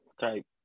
Type